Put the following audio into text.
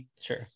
Sure